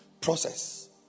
process